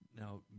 Now